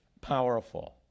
powerful